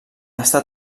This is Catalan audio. està